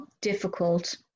difficult